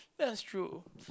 that's true